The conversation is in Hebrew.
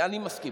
אני מסכים.